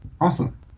Awesome